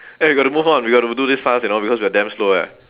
eh we got to move on we got to do this fast you know because we're damn slow eh